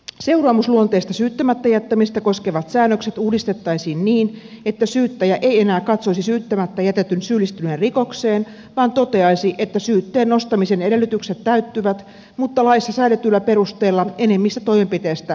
seuraamusluonteista syyttämättä jättämistä koskevat säännökset uudistettaisiin niin että syyttäjä ei enää katsoisi syyttämättä jätetyn syyllistyneen rikokseen vaan toteaisi että syytteen nostamisen edellytykset täyttyvät mutta laissa säädetyllä perusteella enemmistä toimenpiteistä luovuttaisiin